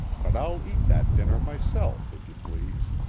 but i'll eat that dinner myself, if you please.